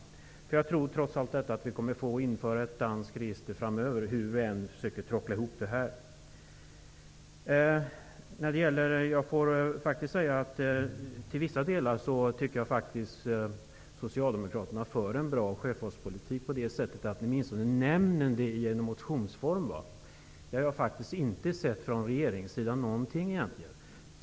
Jag tror att vi trots allt kommer att få införa ett danskt register framöver, hur vi än försöker tråckla ihop det. Till vissa delar tycker jag faktiskt att socialdemokraterna för en bra sjöfartspolitik. Ni nämner det i alla fall i er motion. Av det har jag inte sett någonting från regeringssidan.